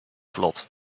vlot